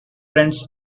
friends